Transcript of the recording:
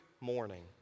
morning